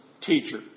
teacher